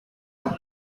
camps